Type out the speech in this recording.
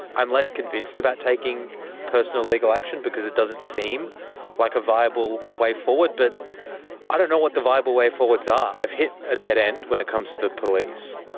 i'm less convinced about taking personal legal action because it doesn't seem like a viable way forward. but i don't know what the viable ways forward are, i've hit a dead end when it comes to the police.